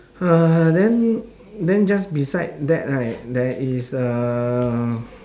uh then then just beside that right there is uh